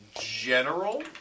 general